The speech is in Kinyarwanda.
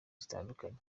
zitandukanye